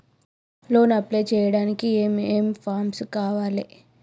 Loan apply చేయడానికి ఏం ఏం ఫామ్స్ కావాలే?